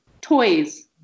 toys